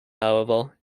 however